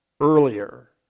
earlier